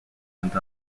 went